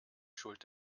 schuld